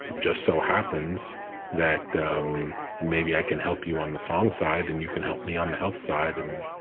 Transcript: just so happens that maybe i can help you on the song side and you can help me on the health side and